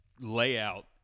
layout